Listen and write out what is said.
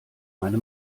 meine